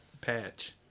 patch